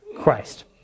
Christ